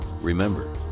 Remember